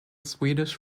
swedish